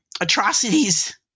atrocities